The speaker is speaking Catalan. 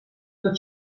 tot